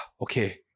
okay